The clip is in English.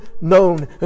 known